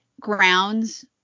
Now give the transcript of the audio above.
grounds